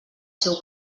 seu